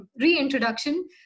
reintroduction